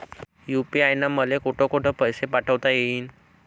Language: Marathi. यू.पी.आय न मले कोठ कोठ पैसे पाठवता येईन?